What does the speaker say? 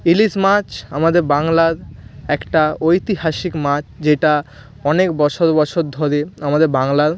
ইলিশ মাছ আমাদের বাংলার একটা ঐতিহাসিক মাছ যেটা অনেক বছর বছর ধরে আমাদের বাংলার